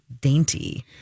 dainty